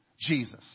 Jesus